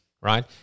right